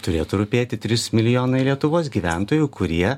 turėtų rūpėti trys milijonai lietuvos gyventojų kurie